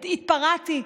התפרעתי,